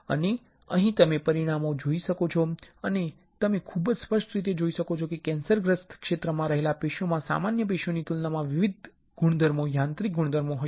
અને અહીં તમે પરિણામો જોઈ શકો છો તમે ખૂબ જ સ્પષ્ટ રીતે જોઈ શકો છો કે કેન્સરગ્રસ્ત ક્ષેત્રમાં રહેલ પેશીમાં સામાન્ય પેશીઓની તુલનામાં વિવિધ ગુણધર્મો યાંત્રિક ગુણધર્મો હશે